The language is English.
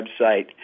website